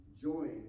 join